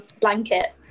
blanket